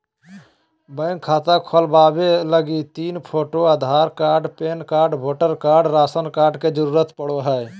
bank खाता खोलबावे लगी तीन photo, Aadhaar card, PAN card, voter card, ration card के जरूरत पड़ो हय